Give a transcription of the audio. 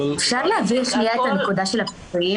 אפשר להבהיר את הנקודה של הפיצויים?